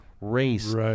race